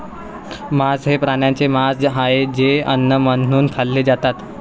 मांस हे प्राण्यांचे मांस आहे जे अन्न म्हणून खाल्ले जाते